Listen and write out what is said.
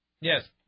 Yes